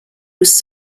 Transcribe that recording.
was